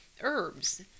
herbs